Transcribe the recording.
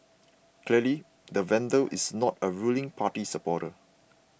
clearly the vandal is not a ruling party supporter